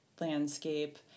landscape